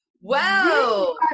Wow